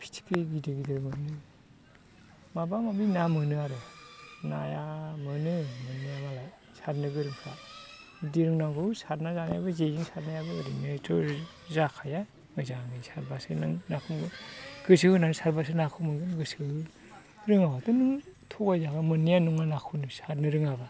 फिथिख्रि गिदिर गिदिर मोनो माबा माबि ना मोनो आरो नाया मोनो मोननाया मालाय सारनो गोरोंफ्रा बुद्दि रोंनांगौ सारनानै जानायाबो जेजों सारनायाबो ओरैनोथ' जाखाया मोजाङै सारबासो नों नाखौबो गोसो होनानै सारबासो नाखौ मोनगोन गोसो रोङाबाथ' नों थगाइजाबा मोननायानो नङा नाखौनो सारनो रोङाबा